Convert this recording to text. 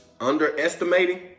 Underestimating